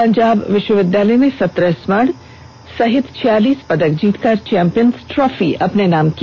पंजाब विश्वविद्यालय ने सत्रह स्वर्ण सहित छियालीस पदक जीतकर चौम्पियन्स ट्रॉफी अपने नाम की